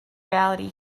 reality